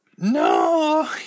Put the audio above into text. No